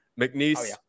McNeese